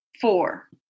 four